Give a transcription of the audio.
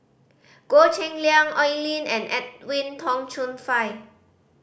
Goh Cheng Liang Oi Lin and Edwin Tong Chun Fai